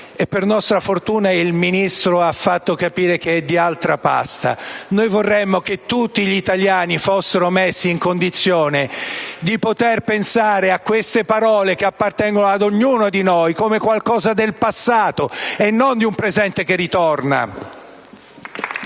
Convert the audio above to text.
e per nostra fortuna il Ministro ha fatto capire che è di altra pasta. Vorremmo che tutti gli italiani fossero messi in condizione di poter pensare a queste parole, che appartengono ad ognuno di noi, come a qualcosa del passato e non di un presente che ritorna!